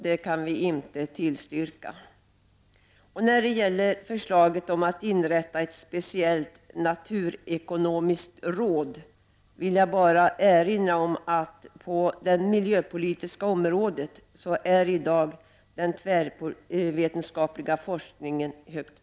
Med anledning av förslaget om att inrätta ett naturekonomiskt råd vill jag erinra om att den tvärvetenskapliga forskningen i dag är högt prioriterad på det miljöpolitiska området.